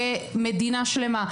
כמדינה שלמה,